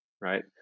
right